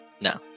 no